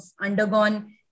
undergone